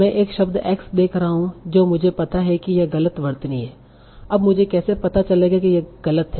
मैं एक शब्द x देख रहा हूं जो मुझे पता है कि यह गलत वर्तनी है अब मुझे कैसे पता चलेगा कि यह गलत है